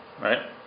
right